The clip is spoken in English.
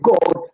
God